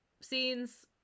scenes